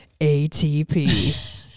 ATP